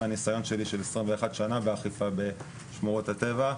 מהניסיון שלי ב- 21 שנה באכיפה בשמורות הטבע,